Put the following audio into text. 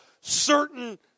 certain